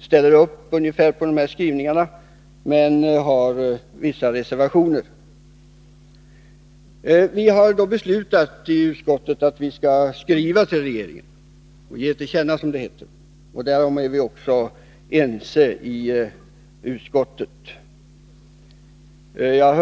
ställer med vissa reservationer upp på dessa skrivningar. Vi har i utskottet beslutat att hemställa att riksdagen skall ge regeringen till känna vad utskottet anfört i detta avseende. Därom är vi också ense i utskottet.